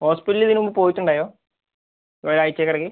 ഹോസ്പിറ്റലിൽ ഇതിനുമുമ്പ് പോയിട്ടുണ്ടായോ ഒരാഴ്ച്ചക്കിടയ്ക്ക്